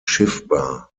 schiffbar